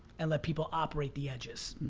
and let people operate the edges.